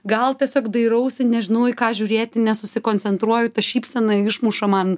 gal tiesiog dairausi nežinau į ką žiūrėti nesusikoncentruoju ta šypsena išmuša man